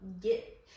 get